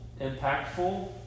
impactful